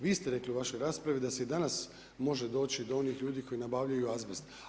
Vi ste rekli u vašoj raspravi da se i danas može doći do onih ljudi koji nabavljaju azbest.